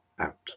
out